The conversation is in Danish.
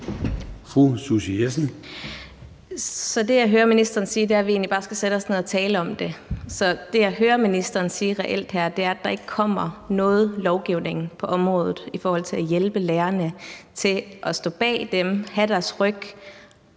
Så det, jeg hører ministeren sige, er, at vi egentlig bare skal sætte os ned og tale om det. Det, jeg reelt hører ministeren sige her, er, at der ikke kommer nogen lovgivning på området i forhold til at hjælpe lærerne og stå bag dem og have deres ryg